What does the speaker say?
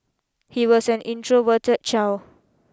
he was an introverted child